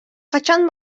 качан